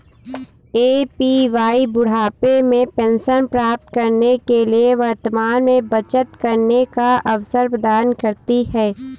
APY बुढ़ापे में pension प्राप्त करने के लिए वर्तमान में बचत करने का अवसर प्रदान करती है